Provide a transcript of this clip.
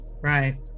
right